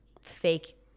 fake